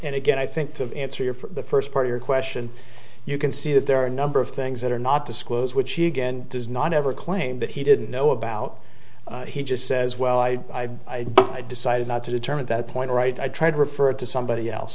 and again i think to answer your for the first part of your question you can see that there are a number of things that are not disclose which he again does not ever claim that he didn't know about he just says well i decided not to determine that point right i tried referred to somebody else